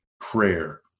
prayer